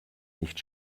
nicht